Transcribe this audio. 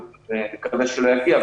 ונקווה שלא יגיע,